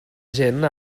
gent